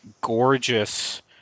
gorgeous